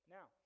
Now